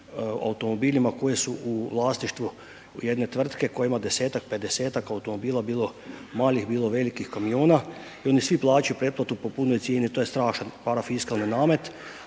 automobilima koji su u vlasništvu jedne tvrtke koja ima 10-ak, 50-ak automobila, bilo malih, bilo velikih kamiona i oni svi plaćaju pretplatu po punoj cijeni, to je strašan parafiskalan namet,